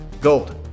gold